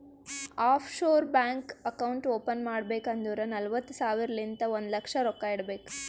of sure bank account open ಮಾಡ್ಬೇಕ್ ಅಂದುರ್ ನಲ್ವತ್ತ್ ಸಾವಿರಲಿಂತ್ ಒಂದ್ ಲಕ್ಷ ರೊಕ್ಕಾ ಇಡಬೇಕ್